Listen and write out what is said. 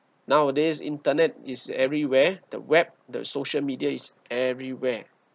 nowadays internet is everywhere the web the social media is everywhere